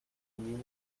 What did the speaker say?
میبینی